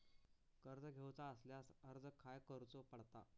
कर्ज घेऊचा असल्यास अर्ज खाय करूचो पडता?